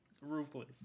Ruthless